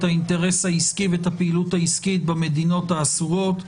האינטרס העסקי והפעילות העסקית במדינות האסורות,